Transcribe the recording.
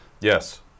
Yes